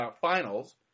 finals